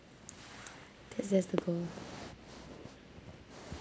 that's just the goal